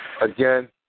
Again